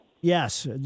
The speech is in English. Yes